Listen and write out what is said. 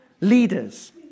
Leaders